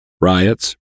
riots